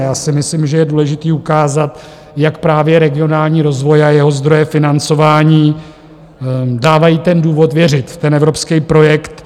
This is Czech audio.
Já si myslím, že je důležité ukázat, jak právě regionální rozvoj a jeho zdroje financování dávají důvod věřit v ten evropský projekt.